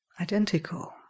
Identical